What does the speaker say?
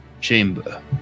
chamber